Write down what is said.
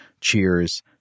Cheers